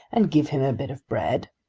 and give him a bit of bread,